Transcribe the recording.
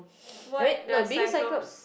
what does cyclops